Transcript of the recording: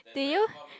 did you